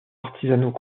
artisanaux